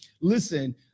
Listen